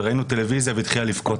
ראינו טלוויזיה והיא התחילה לבכות.